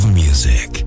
music